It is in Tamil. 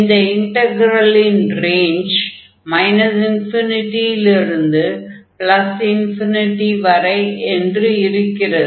இந்த இன்டக்ரலின் ரேஞ்ச் லிருந்து வரை என்று இருக்கிறது